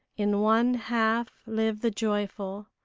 in one half live the joyful.